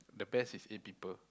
the best is eight people